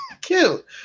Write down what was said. cute